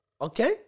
okay